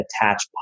attach